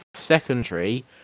Secondary